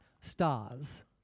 stars